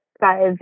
guys